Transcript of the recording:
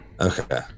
Okay